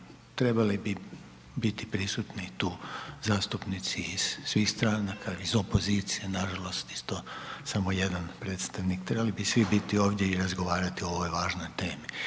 Trebali bi biti prisutni tu, zastupnici iz svih stranka, iz opozicije, naravno, isto, samo jedan predstavnik. Trebali bi svi biti ovdje i razgovarati o ovoj važnoj temi.